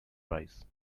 rice